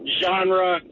genre